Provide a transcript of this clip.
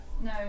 No